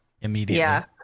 immediately